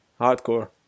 Hardcore